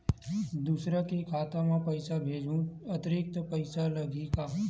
दूसरा के खाता म पईसा भेजहूँ अतिरिक्त पईसा लगही का?